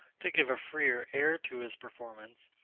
to give a freer air to his performance,